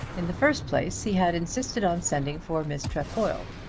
in the first place he had insisted on sending for miss trefoil.